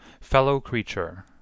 fellow-creature